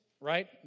right